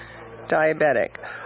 diabetic